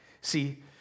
See